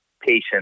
patient